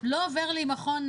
הוא לא עובר את המכון,